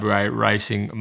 Racing